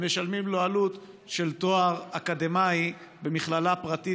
הם משלמים עלות של תואר אקדמי במכללה פרטית